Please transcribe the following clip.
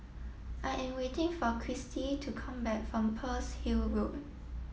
I am waiting for Kirstie to come back from Pearl's Hill Road